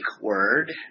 word